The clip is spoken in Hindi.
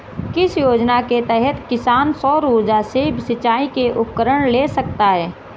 किस योजना के तहत किसान सौर ऊर्जा से सिंचाई के उपकरण ले सकता है?